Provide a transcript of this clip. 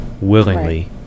Willingly